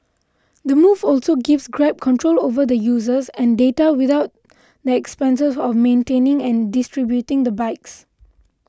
the move also gives Grab control over the users and data without the expenses of maintaining and distributing the bikes